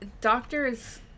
Doctors